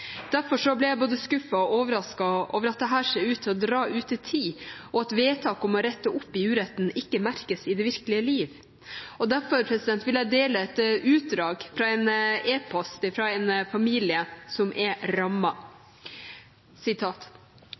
Derfor ble jeg både skuffet og overrasket over at dette ser ut til å dra ut i tid, og at vedtak om å rette opp i uretten ikke merkes i det virkelige liv. Derfor vil jeg dele et utdrag fra en e-post fra en familie som er